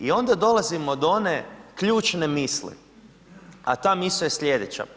I onda dolazimo do one ključne misli, a ta misao je sljedeća.